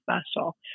special